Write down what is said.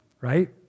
right